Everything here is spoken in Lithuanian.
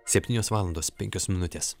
septynios valandos penkios minutės